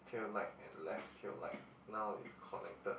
pale light and left pale light now is connected